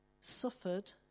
suffered